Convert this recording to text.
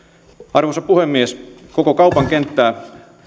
arvoisa herra puhemies koko kaupan kenttää